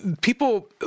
people